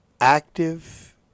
active